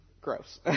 Gross